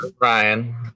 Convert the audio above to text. Ryan